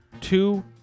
two